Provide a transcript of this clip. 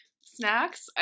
Snacks